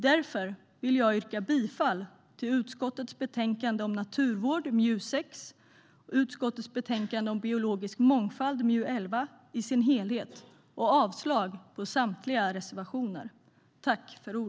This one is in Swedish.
Därför vill jag yrka bifall till utskottets förslag i dess helhet i betänkandena om naturvård, MJU6, och om biologisk mångfald, MJU11, samt avslag på samtliga reservationer.